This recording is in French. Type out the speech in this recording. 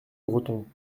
breton